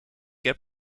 heb